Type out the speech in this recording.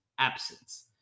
Absence